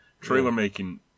trailer-making